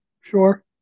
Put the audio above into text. sure